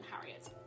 Harriet